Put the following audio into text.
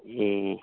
ए